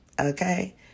Okay